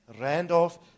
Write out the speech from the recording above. Randolph